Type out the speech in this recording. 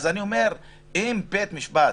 אז בית המשפט